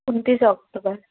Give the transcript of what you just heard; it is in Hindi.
उनतीस ऑक्टोबर